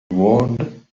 world